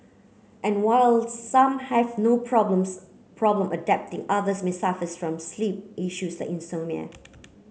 and while some have no problems problem adapting others may suffers from sleep issues like insomnia